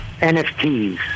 NFTs